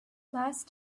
last